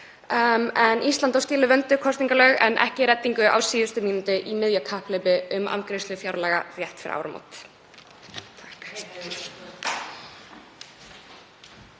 Ísland á skilið vönduð kosningalög en ekki reddingu á síðustu mínútu í miðju kapphlaupi við afgreiðslu fjárlaga rétt fyrir áramót.